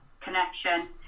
connection